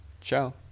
Ciao